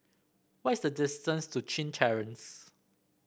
what is the distance to Chin Terrace